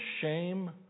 shame